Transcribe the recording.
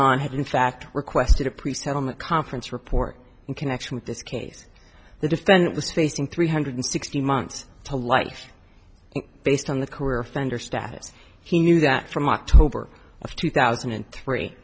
on had in fact requested a pre settlement conference report in connection with this case the defendant was facing three hundred sixty months to life based on the career offender status he knew that from october of two thousand and three